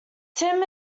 tim